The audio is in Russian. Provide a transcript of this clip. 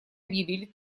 объявили